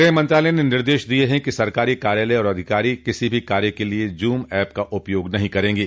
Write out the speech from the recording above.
गृह मंत्रालय ने निर्देश दिया है कि सरकारी कार्यालय और अधिकारी किसी भी कार्य के लिए जूम ऐप का उपयोग नहीं करेंगे